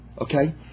okay